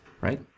right